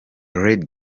lady